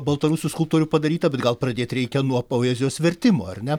baltarusių skulptorių padarytą bet gal pradėt reikia nuo poezijos vertimo ar ne